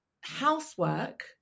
housework